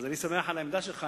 אז אני שמח על העמדה שלך.